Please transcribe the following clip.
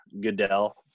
Goodell